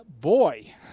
boy